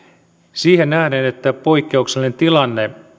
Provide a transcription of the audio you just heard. siihen nähden että poikkeuksellinen tilanne